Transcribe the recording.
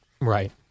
Right